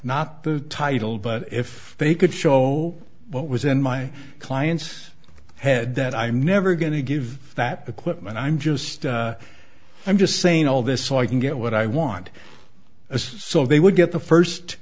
not the title but if they could show what was in my client's head that i'm never going to give that equipment i'm just i'm just saying all this so i can get what i want as so they would get the